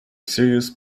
serious